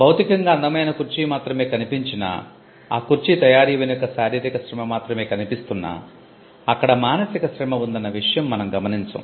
భౌతికంగా అందమైన కుర్చీ మాత్రమే కనిపించినా ఆ కుర్చీ తయారీ వెనుక శారీరిక శ్రమ మాత్రమే కనిపిస్తున్నా అక్కడ మానసిక శ్రమ ఉందన్న విషయం మనం గమనించం